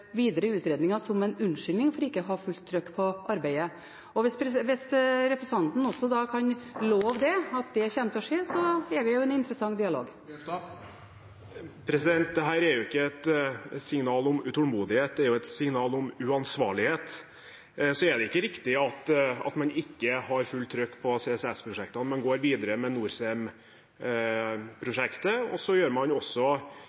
videre utredninger som en unnskyldning for ikke å ha fullt trykk på arbeidet. Hvis representanten kan love at det kommer til å skje, er vi i en interessant dialog. Dette er ikke et signal om utålmodighet. Det er et signal om uansvarlighet. Så er det ikke riktig at man ikke har fullt trykk på CCS-prosjektene, man går videre med